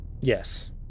Yes